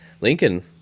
Lincoln